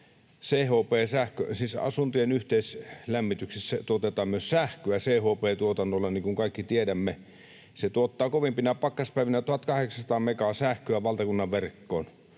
maasta. Siis asuntojen yhteislämmityksessä tuotetaan myös sähköä CHP-tuotannolla, niin kuin kaikki tiedämme. Se tuottaa kovimpina pakkaspäivinä 1 800 megaa sähköä valtakunnan verkkoon.